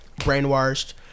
brainwashed